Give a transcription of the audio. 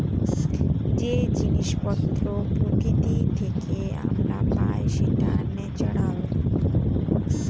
যে জিনিস পত্র প্রকৃতি থেকে আমরা পাই সেটা ন্যাচারাল